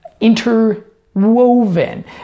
interwoven